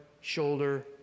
shoulder